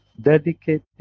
dedicated